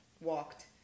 Walked